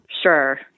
Sure